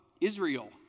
Israel